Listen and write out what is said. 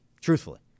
truthfully